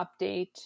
update